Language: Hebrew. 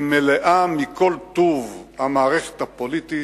היא מלאה מכל טוב המערכת הפוליטית,